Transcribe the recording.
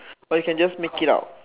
but you can just make it out